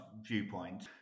viewpoint